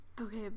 Okay